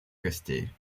костей